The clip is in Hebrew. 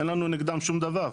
אין לנו נגדם שום דבר,